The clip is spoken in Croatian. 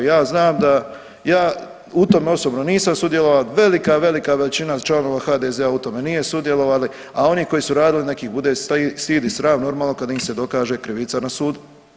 Ja znam da ja u tome osobno nisam sudjelovao, velika, velika većina članova HDZ-a u tome nije sudjelovali, a oni koji su radili nek ih bude stid i sram normalno kada im se dokaže krivica na sudu.